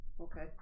okay